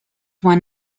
one